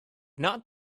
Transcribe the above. not